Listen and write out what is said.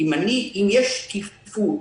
אם יש שקיפות,